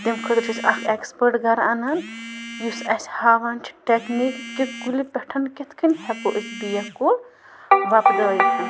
تَتھ خٲطرٕ چھِ أسۍ اَکھ اٮ۪کٕسپٲٹ گَرٕ اَنان یُس اَسہِ ہاوان چھِ ٹٮ۪کنیٖک کہِ کُلہِ پٮ۪ٹھ کِتھ کٔن ہٮ۪کو أسۍ بیکھ کُل وۄپدٲیِتھَن